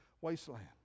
wasteland